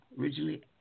originally